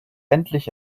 endlich